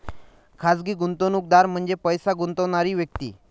खाजगी गुंतवणूकदार म्हणजे पैसे गुंतवणारी व्यक्ती